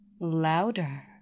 Louder